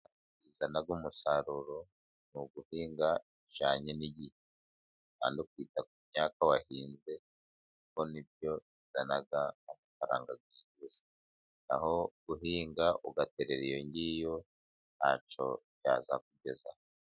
Ibizana umusaruro ni uguhinga bijyanye n'igihe, kandi ukita ku myaka wahinze, ibyo ni byo bizana umusaruro byihuse. Na ho guhinga ugaterera iyongiyo, ntacyo byazakugezaho.